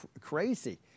crazy